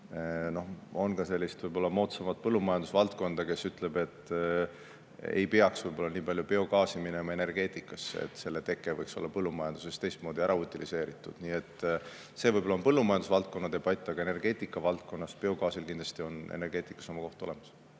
oma. On ka sellist moodsamat põllumajandusvaldkonda, kus öeldakse, et ei peaks võib-olla nii palju biogaasi minema energeetikasse, et selle teke võiks olla põllumajanduses teistmoodi ära utiliseeritud. Nii et see on võib-olla põllumajandusvaldkonna debatt. Aga energeetikavaldkonnas on biogaasil kindlasti oma koht olemas.